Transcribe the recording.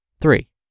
Three